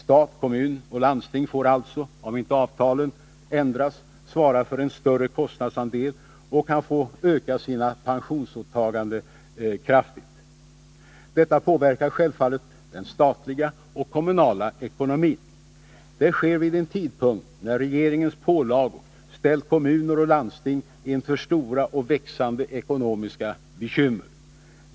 Stat, kommun och landsting får alltså — om inte avtalen ändras — svara för en större kostnadsandel och kan få öka sina pensionsåtaganden kraftigt. Detta påverkar självfallet den statliga och kommunala ekonomin. Det sker vid en tidpunkt när regeringens pålagor ställt kommuner och landsting inför stora och växande ekonomiska bekymmer.